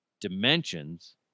dimensions